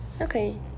Okay